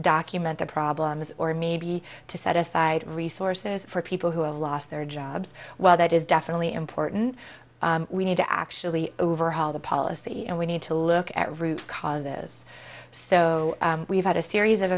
document the problems or maybe to set aside resources for people who have lost their jobs well that is definitely important we need to actually overhaul the policy and we need to look at root causes so we've had a series of